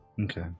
Okay